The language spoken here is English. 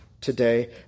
today